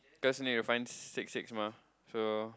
cause need to find six six mah so